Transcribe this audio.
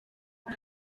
aha